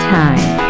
time